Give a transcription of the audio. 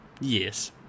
Yes